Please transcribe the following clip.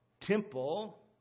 temple